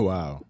Wow